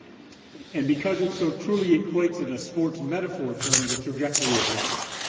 and because it's so truly equates in a sports metaphor term, the trajectory of life.